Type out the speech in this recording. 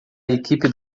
equipe